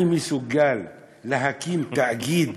אני מסוגל להקים תאגיד